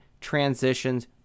transitions